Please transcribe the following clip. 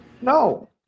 No